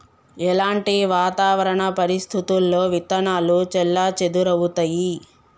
ఎలాంటి వాతావరణ పరిస్థితుల్లో విత్తనాలు చెల్లాచెదరవుతయీ?